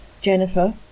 Jennifer